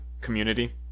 community